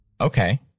okay